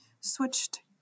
switched